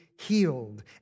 healed